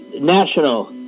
national